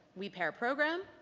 we pair program,